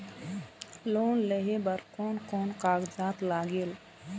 Loan लेहे बर कोन कोन कागजात लागेल?